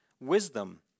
wisdom